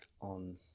on